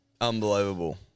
unbelievable